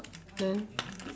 then